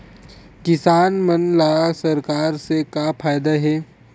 किसान मन ला सरकार से का फ़ायदा हे?